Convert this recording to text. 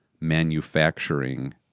manufacturing